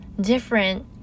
different